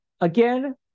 again